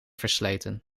versleten